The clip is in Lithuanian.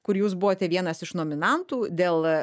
kur jūs buvote vienas iš nominantų dėl